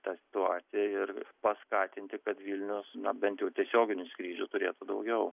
tą situaciją ir paskatinti kad vilnius na bent jau tiesioginių skrydžių turėtų daugiau